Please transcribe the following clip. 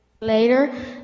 later